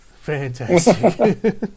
Fantastic